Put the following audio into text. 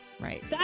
Right